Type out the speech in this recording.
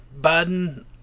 Biden